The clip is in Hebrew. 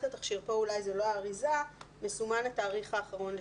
התכשיר פה אולי זה לא האריזה מסומן התאריך האחרון לשימוש.